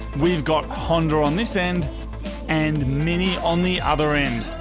we've got honda on this end and mini on the other end.